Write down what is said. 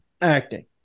acting